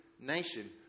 nation